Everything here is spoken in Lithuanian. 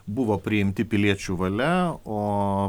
buvo priimti piliečių valia o